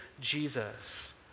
Jesus